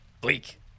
Bleak